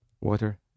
water